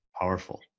Powerful